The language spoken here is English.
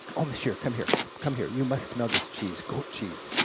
oh monsiuer, come here, come here, you must smell this cheese, goat cheese,